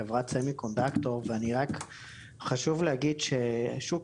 חברתSemiconductor וחשוב להגיד ששוק